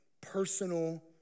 personal